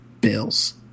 bills